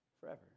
forever